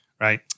Right